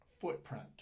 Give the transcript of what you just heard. footprint